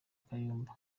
kayumba